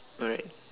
alright